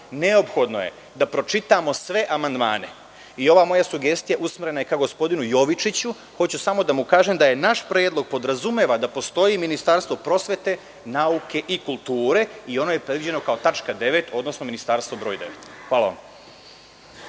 neophodno je da pročitamo sve amandmane. I ova moja sugestija usmerena je ka gospodinu Jovičiću. Hoću samo da mu kažem da naš predlog podrazumeva da postoji Ministarstvo prosvete, nauke i kulture i ono je predviđeno kao tačka 9, odnosno ministarstvo broj devet. Hvala vam.